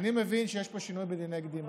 מבין שיש פה שינוי בדיני קדימה.